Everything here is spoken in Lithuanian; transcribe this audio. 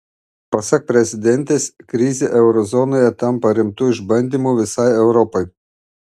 pasak prezidentės krizė euro zonoje tampa rimtu išbandymu visai europai